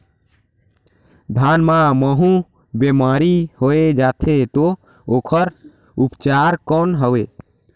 धान मां महू बीमारी होय जाथे तो ओकर उपचार कौन हवे?